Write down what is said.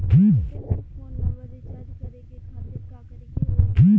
Airtel के phone number recharge करे के खातिर का करे के होई?